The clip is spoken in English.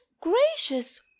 gracious